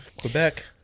Quebec